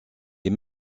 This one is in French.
est